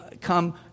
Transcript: come